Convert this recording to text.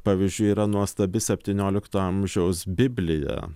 pavyzdžiui yra nuostabi septyniolikto amžiaus biblija